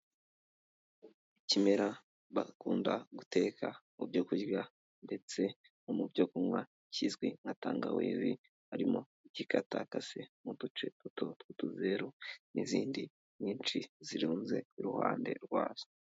Ikimera bakunda guteka mu byo kurya ndetse no mu byo kunywa kizwi nka tangawizi, harimo igikatakase mu duce duto tw'utuzeru n'izindi nyinshi zirunze iruhande rwazo.